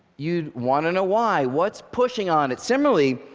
you'd want to know why. what's pushing on it? similarly,